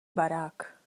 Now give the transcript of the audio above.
barák